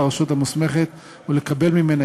על מבקש הרישיון לפנות לרשות המוסמכת ולקבל ממנה